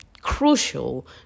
crucial